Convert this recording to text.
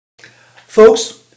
Folks